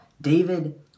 David